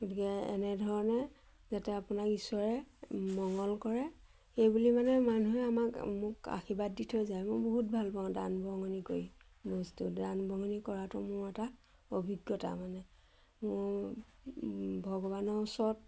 গতিকে এনেধৰণে যাতে আপোনাক ঈশ্বৰে মংগল কৰে সেইবুলি মানে মানুহে আমাক মোক আশীৰ্বাদ দি থৈ যায় মই বহুত ভাল পাওঁ দান বৰঙণি কৰি বস্তু দান বৰঙণি কৰাটো মোৰ এটা অভিজ্ঞতা মানে মোৰ ভগৱানৰ ওচৰত